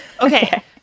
Okay